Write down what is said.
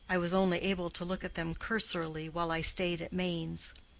i was only able to look at them cursorily while i stayed at mainz.